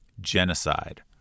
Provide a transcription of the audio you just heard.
Genocide